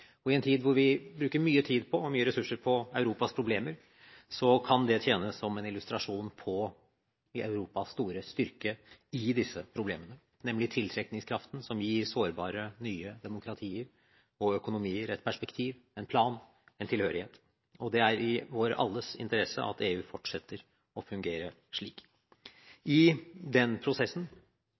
I en tid hvor vi bruker mye tid og ressurser på Europas problemer, kan det tjene som en illustrasjon på Europas store styrke i disse problemene, nemlig tiltrekningskraften som gir sårbare nye demokratier og økonomier et perspektiv, en plan, en tilhørighet. Det er i vår alles interesse at EU fortsetter å fungere slik. I den prosessen